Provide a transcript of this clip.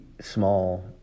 small